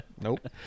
Nope